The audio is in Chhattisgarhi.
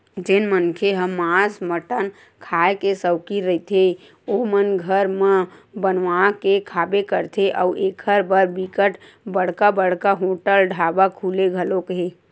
जेन मनखे ह मांस मटन खांए के सौकिन रहिथे ओमन घर म बनवा के खाबे करथे अउ एखर बर बिकट बड़का बड़का होटल ढ़ाबा खुले घलोक हे